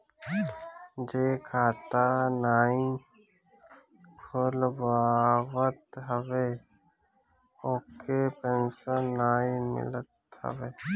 जे खाता नाइ खोलवावत हवे ओके पेंशन नाइ मिलत हवे